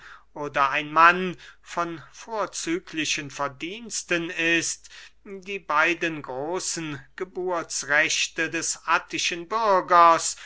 oder ein mann von vorzüglichen verdiensten ist die beiden großen geburtsrechte des attischen bürgers